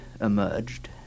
emerged